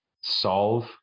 solve